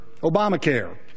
Obamacare